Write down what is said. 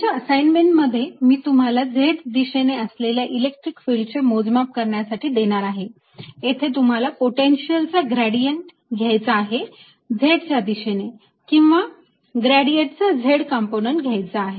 तुमच्या असाइनमेंट मध्ये मी तुम्हाला z दिशेने असलेल्या इलेक्ट्रिक फिल्ड चे मोजमाप करण्यासाठी देणार आहे येथे तुम्हाला पोटेन्शियल चा ग्रेडियंट घ्यायचा आहे z च्या दिशेने किंवा ग्रेडियंट चा z कॉम्पोनंट घ्यायचा आहे